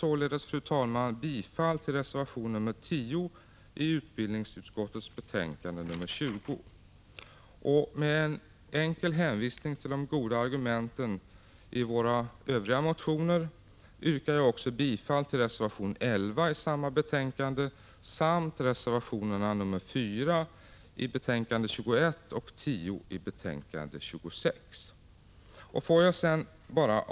Jag yrkar således bifall till reservation 10 i utbildningsutskottets betänkande 20. Med en enkel hänvisning till de goda argumenten i våra övriga motioner yrkar jag också bifall till reservation 11 i samma betänkande samt till reservation 4 i betänkande 21 och till reservation 10i betänkande 26.